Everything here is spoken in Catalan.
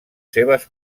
seves